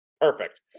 Perfect